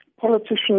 politicians